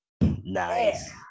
Nice